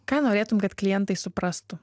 ką norėtum kad klientai suprastų